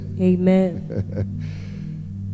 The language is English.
Amen